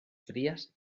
frías